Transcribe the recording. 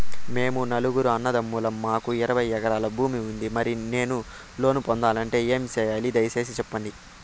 మేము నలుగురు అన్నదమ్ములం మాకు ఇరవై ఎకరాల భూమి ఉంది, మరి నేను లోను పొందాలంటే ఏమి సెయ్యాలి? దయసేసి సెప్పండి?